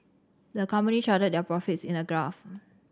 the company charted their profits in a graph